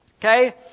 Okay